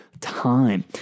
time